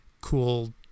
cool